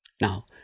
Now